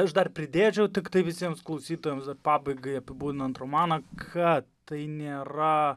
aš dar pridėčiau tiktai visiems klausytojams dar pabaigai apibūdinant romaną kad tai nėra